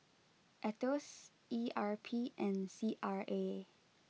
Aetos E R P and C R A